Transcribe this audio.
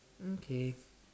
okay